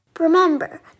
Remember